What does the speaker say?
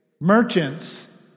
merchants